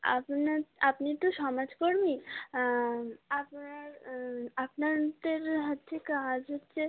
আপনার আপনি তো সমাজকর্মী আপনার আপনাদের হচ্ছে কাজ হচ্ছে